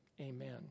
Amen